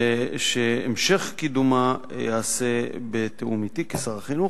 ושהמשך קידומה ייעשה בתיאום אתי כשר החינוך.